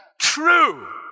True